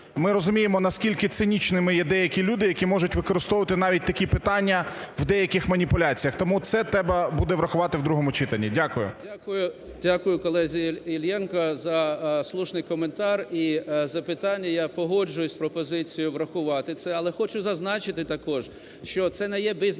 Ми розуміємо, наскільки цинічними є деякі люди, які можуть використовувати навіть такі питання в деяких маніпуляціях, тому це треба буде врахувати в другому читанні. Дякую. 11:10:38 НЕМИРЯ Г.М. Дякую. Дякую, колезі Іллєнку за слушний коментар і запитання. Я погоджуюсь з пропозицією врахувати це, але хочу зазначити також, що це не є business